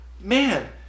man